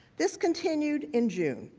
discontinued in june.